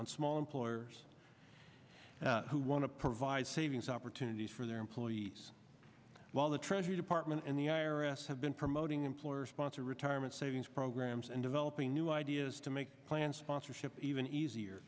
on small employers who want to provide savings opportunities for their employees while the treasury department and the i r s have been promoting employer sponsored retirement savings programs and developing new ideas to make plan sponsorship even easier